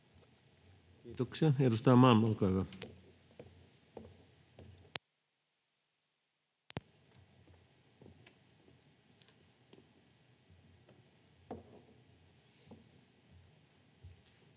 Kiitoksia. — Edustaja Savio, olkaa hyvä.